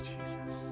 Jesus